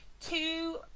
two